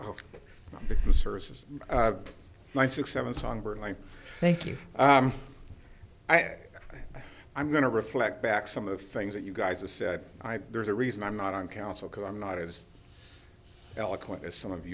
of the services my six seven songbirds i thank you i said i'm going to reflect back some of the things that you guys have said there's a reason i'm not on council because i'm not as eloquent as some of